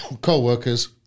co-workers